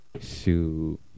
shoot